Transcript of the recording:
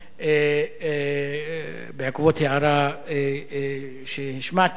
בעקבות הערה שהשמעתי,